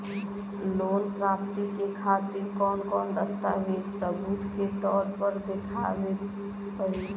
Loan प्राप्ति के खातिर कौन कौन दस्तावेज सबूत के तौर पर देखावे परी?